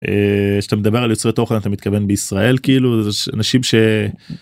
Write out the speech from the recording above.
שאתה מדבר על יוצרי תוכן אתה מתכוון בישראל כאילו אנשים ש...